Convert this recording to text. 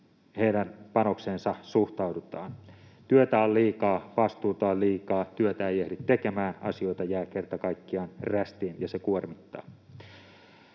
heidän panokseensa suhtaudutaan? Työtä on liikaa, vastuuta on liikaa, työtä ei ehdi tekemään, asioita jää kerta kaikkiaan rästiin, ja se kuormittaa.